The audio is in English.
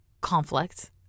conflict